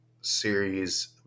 series